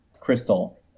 crystal